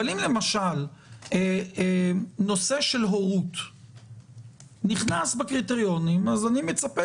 אבל אם למשל נושא של הורות נכנס בקריטריונים אז אני מצפה